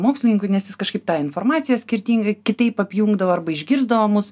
mokslininku nes jis kažkaip tą informaciją skirtingai kitaip apjungdavo arba išgirsdavo mus